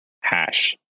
hash